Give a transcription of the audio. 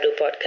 podcast